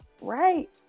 Right